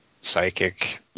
psychic